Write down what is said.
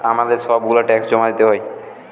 আমাদের সব গুলা ট্যাক্স জমা দিতে হয়